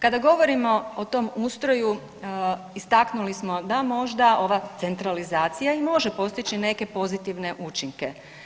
Kada govorimo o tom ustroju istaknuli smo da možda ova centralizacija i može postići neke pozitivne učinke.